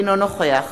אינו נוכח